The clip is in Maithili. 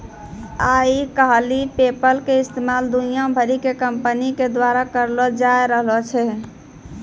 आइ काल्हि पेपल के इस्तेमाल दुनिया भरि के कंपनी के द्वारा करलो जाय रहलो छै